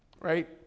Right